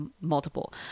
multiple